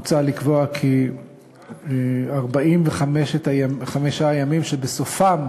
מוצע לקבוע כי 45 הימים שבסופם